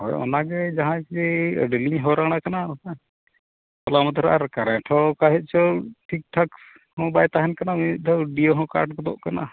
ᱦᱳᱭ ᱚᱱᱟᱜᱮ ᱡᱟᱦᱟᱸᱭ ᱠᱤ ᱟᱹᱰᱤ ᱞᱤᱧ ᱦᱟᱭᱨᱟᱱ ᱠᱟᱱᱟ ᱦᱚᱞᱟ ᱢᱟᱦᱫᱮᱨ ᱟᱨ ᱠᱟᱨᱮᱱᱴ ᱦᱚᱸ ᱚᱠᱟ ᱥᱮᱫ ᱪᱚ ᱴᱷᱤᱠ ᱴᱷᱟᱠ ᱦᱚᱸ ᱵᱟᱭ ᱛᱟᱦᱮᱱ ᱠᱟᱱᱟ ᱢᱤᱫ ᱫᱷᱟᱣ ᱰᱤᱭᱳ ᱦᱚᱸ ᱠᱟᱨᱰ ᱜᱚᱫᱚᱜ ᱠᱟᱱᱟ